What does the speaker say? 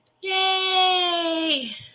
Yay